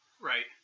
Right